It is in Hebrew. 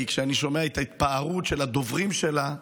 כשאני שומע את ההתפארות של הקודמים שלה,